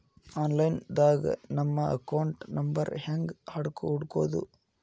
Online ದಾಗ ನಮ್ಮ account number ಹೆಂಗ್ ಹುಡ್ಕೊದು?